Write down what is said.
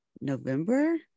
November